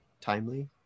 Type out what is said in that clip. Timely